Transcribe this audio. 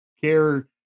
care